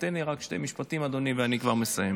תן לי רק שני משפטים, אדוני, ואני כבר מסיים.